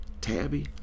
Tabby